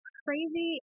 crazy